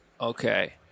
Okay